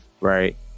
right